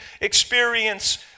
experience